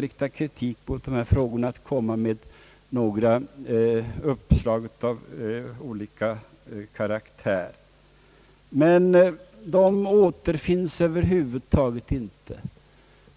riktat kritik mot dessa frågor att komma med uppslag av olika karaktär. Men de återfinns över huvud taget inte.